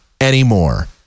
anymore